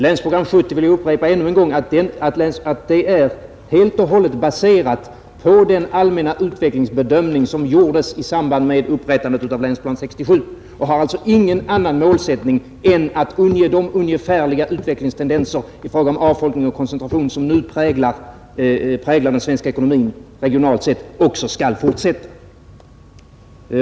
Jag vill upprepa att Länsprogram 1970 helt och hållet är baserat på den allmänna utvecklingsbedömning som gjordes i samband med upprättandet av Länsplanering 1967 och alltså inte har någon annan målsättning än att ange de ungefärliga utvecklingstendenser i fråga om avfolkning och koncentration som nu präglar den svenska ekonomin och som regionalt sett också skall fortsätta.